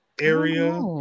area